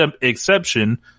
exception